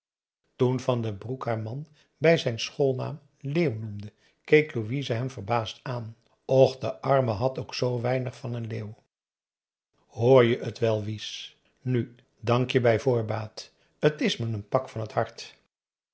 toen van den broek haar man bij zijn schoolnaam leeuw noemde keek louise hem verbaasd aan och de arme had ook zoo weinig van een leeuw hoor je het wel wies nu dank je bij voorbaat t is me een pak van het hart